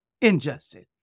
injustice